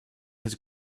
his